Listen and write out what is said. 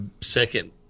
second